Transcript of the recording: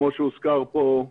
כמו שהוזכר פה,